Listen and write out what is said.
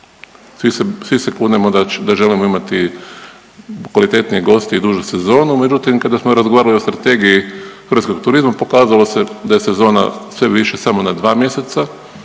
Svi se kunemo da želimo imati kvalitetnije goste i dužu sezonu, međutim kada smo razgovarali o Strategiji hrvatskog turizma pokazalo se da je sezona sve više samo na dva mjeseca